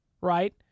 Right